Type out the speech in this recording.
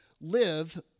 live